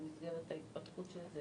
במסגרת ההתפתחות של זה,